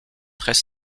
très